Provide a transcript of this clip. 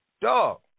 Dog